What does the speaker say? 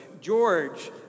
George